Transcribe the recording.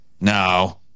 no